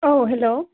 औ हेल'